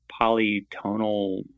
polytonal